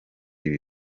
ibi